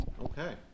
Okay